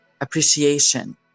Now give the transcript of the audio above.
appreciation